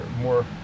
more